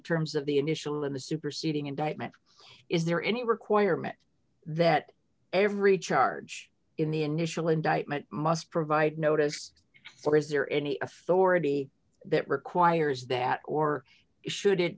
terms of the initial in the superseding indictment is there any requirement that every charge in the initial indictment must provide notice or is there any authority that requires that or should it